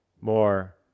more